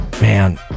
Man